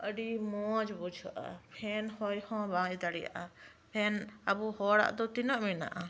ᱟᱹᱰᱤ ᱢᱚᱸᱡ ᱵᱩᱡᱷᱟᱹᱜᱼᱟ ᱯᱷᱮᱱ ᱦᱚᱭ ᱦᱚᱸ ᱵᱟᱭ ᱫᱟᱲᱮᱭᱟᱜᱼᱟ ᱯᱷᱮᱱ ᱟᱵᱚ ᱦᱚᱲᱟᱜ ᱫᱚ ᱛᱤᱱᱟᱹᱜ ᱢᱮᱱᱟᱜᱼᱟ